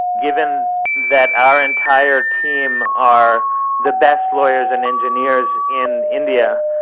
given that our entire team are the best lawyers and engineers in india,